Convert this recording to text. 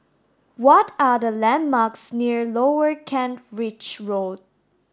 what are the landmarks near Lower Kent Ridge Road